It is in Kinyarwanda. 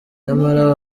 nyamara